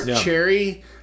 cherry